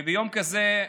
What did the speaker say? וביום כזה,